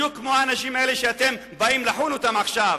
בדיוק כמו האנשים האלה שאתם באים לחון אותם עכשיו,